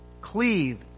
Cleave